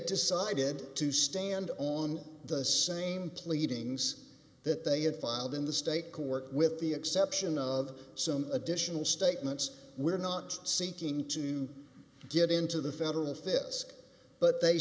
decided to stand on the same pleadings that they had filed in the state co work with the exception of some additional statements we're not seeking to get into the federal fisc but they